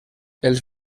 els